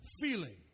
Feeling